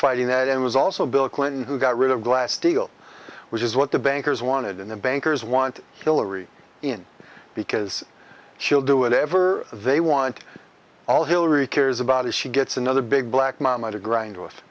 fighting that and was also bill clinton who got rid of glass steagall which is what the bankers wanted in the bankers want hillary in because chill do whatever they want all hillary cares about is she gets another big black mama to grind with